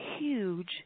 huge